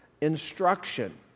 instruction